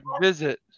visit